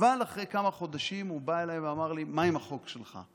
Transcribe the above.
אחרי כמה חודשים הוא בא אליי ואמר לי: מה עם החוק שלך?